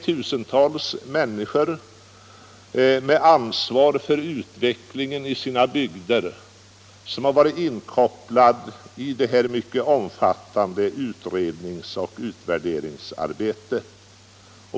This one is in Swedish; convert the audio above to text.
Tusentals människor med ansvar för utvecklingen i sina bygder har varit inkopplade i det här mycket omfattande utredningsoch utvärderingsarbetet.